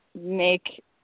make